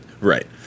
Right